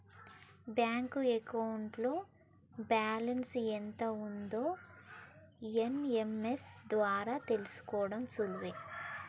bank అకౌంట్లో balance ఎంత ఉందో ఎస్.ఎం.ఎస్ ద్వారా తెలుసుకోడం సులువే